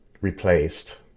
replaced